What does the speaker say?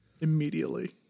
Immediately